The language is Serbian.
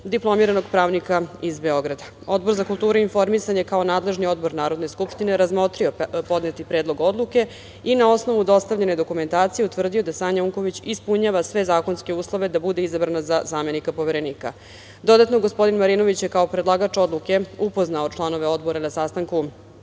diplomiranog pravnika iz Beograda. Odbor za kulturu i informisanje, kao nadležni odbor Narodne skupštine, razmotrio je podneti predlog odluke i na osnovu dostavljene dokumentacije utvrdio da Sanja Unković ispunjava sve zakonske uslove da bude izabrana za zamenika Poverenika. Dodatno, gospodin Marinović je kao predlagač odluke upoznao članove Odbora na sastanku,